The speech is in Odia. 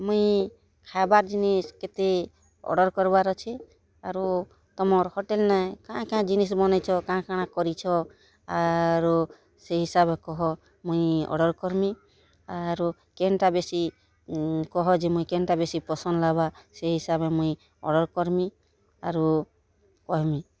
ମୁଇଁ ଖାଏବାର୍ ଜିନିଷ୍ କେତେ ଅର୍ଡ଼ର୍ କର୍ବାର୍ ଅଛେ ଆରୁ ତମର୍ ହୋଟେଲ୍ ନେ କାଏଁ କାଏଁ ଜିନିଷ୍ ବନେଇଛ କା'ଣା କା'ଣା କରିଛ ଆରୁ ସେଇ ହିସାବରେ କହ ମୁଇଁ ଅର୍ଡ଼ର୍ କର୍ମି ଆରୁ କେନ୍ଟା ବେଶୀ କହ ଯେ ମୁଇଁ କେନ୍ଟା ବେଶୀ ପସନ୍ଦ୍ ଲାଗ୍ବା ସେଇ ହିସାବେ ମୁଇଁ ଅର୍ଡ଼ର୍ କର୍ମି ଆରୁ କହେମି